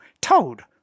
Toad